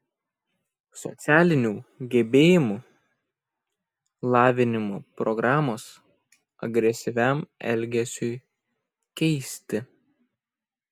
socialinių gebėjimų lavinimo programos agresyviam elgesiui keisti